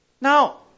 Now